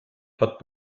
hat